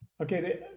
Okay